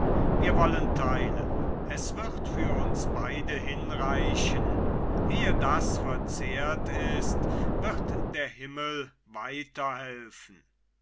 wir wollen teilen es wird für uns beide hinreichen ehe das verzehrt ist wird der himmel